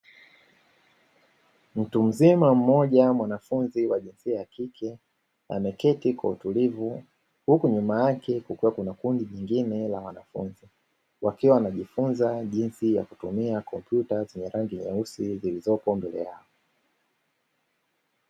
Mtu mzima mmoja mwanafunzi wa jinsia ya kike ameketi kwa utulivu huku nyuma yake kukikuwa kuna kundi jingine la wanafunzi. Wakiwa wanajifunza jinsi ya kutumia kompyuta zenye rangi nyeusi zilizopo mbele yao.